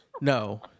No